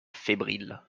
fébriles